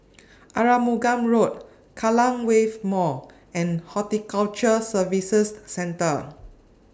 Arumugam Road Kallang Wave Mall and Horticulture Services Centre